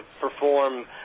perform